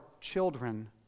children